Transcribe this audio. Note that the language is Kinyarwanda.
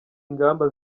ingamba